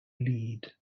lead